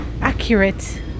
accurate